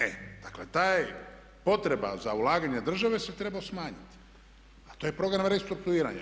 E, dakle ta potreba za ulaganje države se trebao smanjiti, a to je program restrukturiranja.